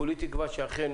כולי תקווה שאכן